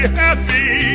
happy